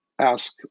ask